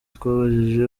twabajije